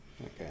Okay